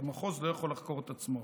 שהמחוז לא יכול לחקור את עצמו.